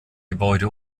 gebäude